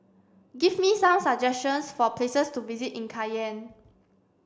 give me some suggestions for places to visit in Cayenne